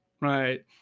right